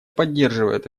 поддерживает